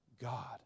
God